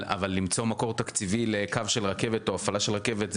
אבל למצוא מקור תקציבי לקו של רכבת או הפעלה של רכבת?